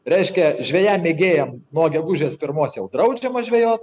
reiškia žvejam mėgėjam nuo gegužės pirmos jau draudžiama žvejot